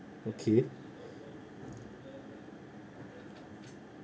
okay